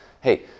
Hey